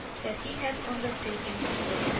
that he had undertaken to walk,